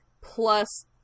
plus